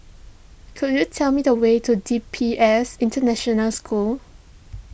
could you tell me the way to D P S International School